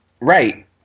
Right